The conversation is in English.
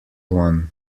one